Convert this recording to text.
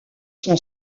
son